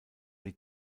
die